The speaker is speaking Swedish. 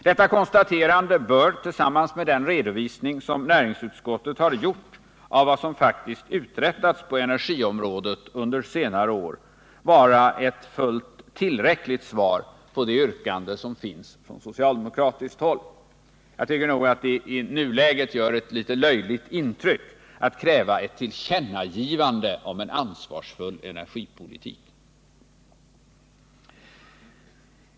Detta konstaterande bör, tillsammans med den redovisning som näringsutskottet gjort av vad som faktiskt uträttats på energiområdet under senare år, vara ett fullt tillräckligt svar på det yrkande som finns från socialdemokratiskt håll. Jag tycker nog att det i nuläget gör ett litet löjligt intryck att kräva ett tillkännagivande om en ansvarsfull energipolitik.